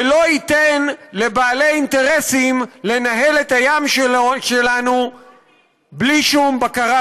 ולא ייתן לבעלי אינטרסים לנהל את הים שלנו בלי שום בקרה,